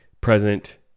present